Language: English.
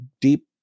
deep